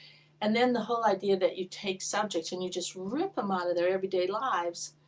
and then the whole idea that you take subjects and you just rip them out of their everyday lives,